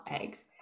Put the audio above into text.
eggs